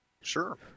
Sure